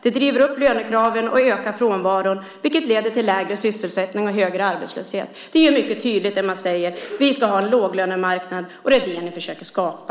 Det driver upp lönekraven och ökar frånvaron, vilket leder till lägre sysselsättning och högre arbetslöshet. Det man säger är mycket tydligt: Vi ska ha en låglönemarknad. Det är vad ni försöker skapa.